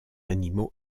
animaux